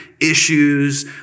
issues